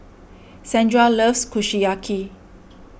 Sandra loves Kushiyaki